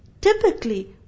typically